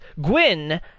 Gwyn